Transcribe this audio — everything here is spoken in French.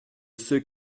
ceux